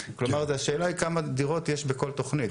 כלומר השאלה היא כמה דירות יש בכל תוכנית,